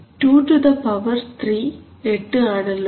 2 to the power 3 8 ആണല്ലോ